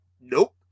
nope